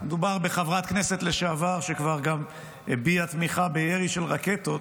מדובר בחברת כנסת לשעבר שגם הביעה תמיכה בירי של רקטות.